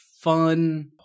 fun